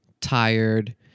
tired